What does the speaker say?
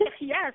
Yes